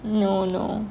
no no